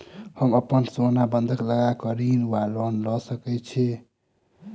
हम अप्पन सोना बंधक लगा कऽ ऋण वा लोन लऽ सकै छी?